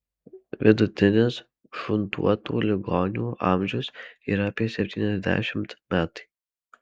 vidutinis šuntuotų ligonių amžius yra apie septyniasdešimt metai